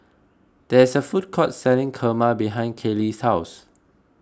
there is a food court selling Kurma behind Kaylie's house